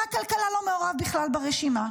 שר הכלכלה לא מעורב בכלל ברשימה.